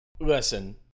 Listen